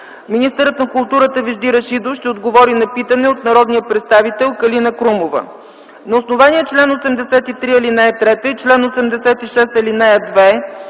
Министърът на културата Вежди Рашидов ще отговори на питане от народния представител Калина Крумова. На основание чл. 83, ал. 3 и чл. 86, ал. 2